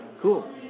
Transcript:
Cool